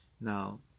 Now